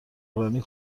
رانی